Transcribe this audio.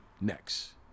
next